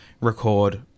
record